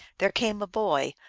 there came a boy,